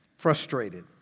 Frustrated